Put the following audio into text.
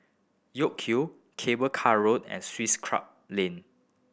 York Hill Cable Car Road and Swiss Club Lane